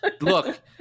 Look